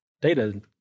Data